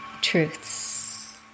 truths